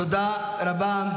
תודה רבה.